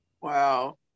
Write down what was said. wow